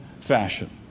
fashion